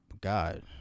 god